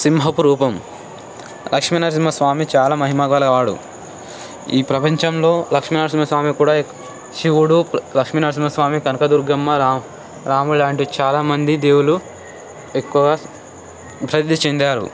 సింహపు రూపం లక్ష్మీనరసింహస్వామి చాలా మహిమగల వాడు ఈ ప్రపంచంలో లక్ష్మీనరసింహస్వామి కూడా శివుడు లక్ష్మి నరసింహ స్వామి కనకదుర్గమ్మ రాములు లాంటి చాలా మంది దేవుళ్ళు ఎక్కువగా ప్రసిద్ధి చెందారు